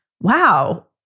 wow